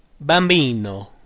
bambino